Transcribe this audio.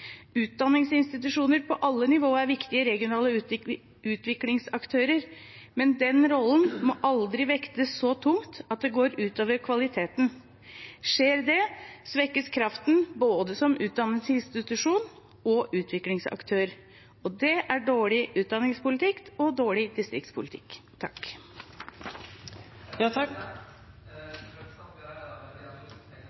Utdanningsinstitusjoner på alle nivå er viktige regionale utviklingsaktører, men den rollen må aldri vektes så tungt at det går ut over kvaliteten. Skjer det, svekkes kraften både som utdanningsinstitusjon og utviklingsaktør, og det er dårlig utdanningspolitikk og dårlig distriktspolitikk.